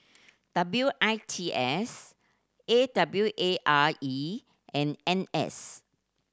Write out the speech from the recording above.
W I T S A W A R E and N S